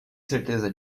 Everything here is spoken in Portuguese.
certeza